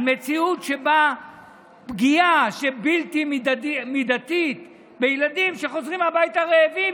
על מציאות שבה פגיעה בלתי מידתית בילדים שחוזרים הביתה רעבים,